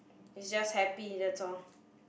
it's just happy that's all